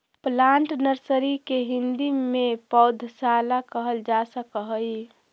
plant nursery के हिंदी में पौधशाला कहल जा सकऽ हइ